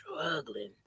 struggling